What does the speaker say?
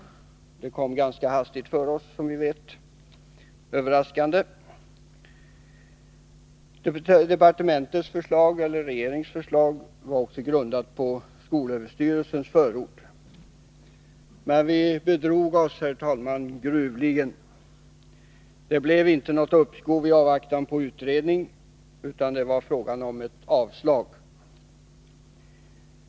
Det kom ganska överraskande för oss. Regeringsförslaget grundade sig på skolöverstyrelsens förord. Men vi bedrog oss gruvligt. Det var inte fråga om något uppskov i avvaktan på utredning utan om ett avstyrkande.